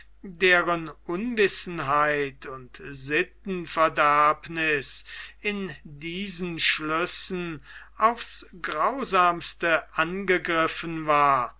deren unwissenheit und sittenverderbniß in diesen schlüssen aufs grausamste angegriffen war